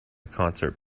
concert